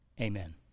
Amen